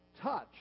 touch